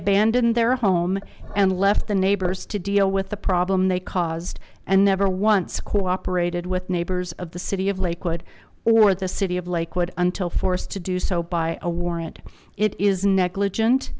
abandoned their home and left the neighbors to deal with the problem they caused and never once cooperated with neighbors of the city of lakewood or the city of lakewood until forced to do so by a warrant it is negligent